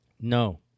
No